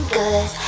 good